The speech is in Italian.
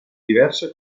diverse